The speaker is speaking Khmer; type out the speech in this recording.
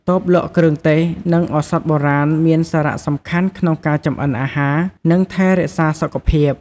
តូបលក់គ្រឿងទេស និងឱសថបុរាណមានសារសំខាន់ក្នុងការចម្អិនអាហារនិងថែរក្សាសុខភាព។